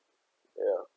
ya